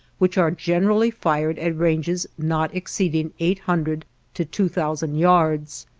which are generally fired at ranges not exceeding eight hundred to two thousand yards.